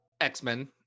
x-men